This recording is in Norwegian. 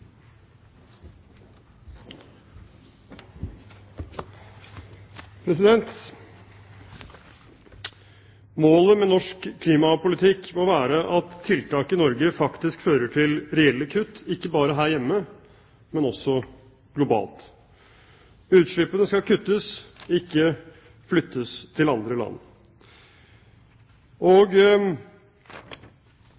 Målet med norsk klimapolitikk må være at tiltak i Norge faktisk fører til reelle kutt, ikke bare her hjemme, men også globalt. Utslippene skal kuttes, ikke flyttes til andre land.